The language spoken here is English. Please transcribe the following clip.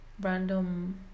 random